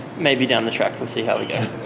maybe down the track, we'll see how we yeah